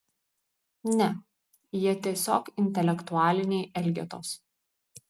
ne jie tiesiog intelektualiniai elgetos